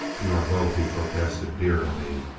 you are both, he protested, dear to me.